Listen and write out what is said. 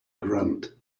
grunt